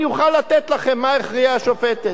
ואז אני אוכל לתת לכם מה הכריעה השופטת.